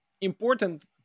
important